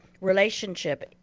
relationship